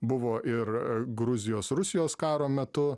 buvo ir gruzijos rusijos karo metu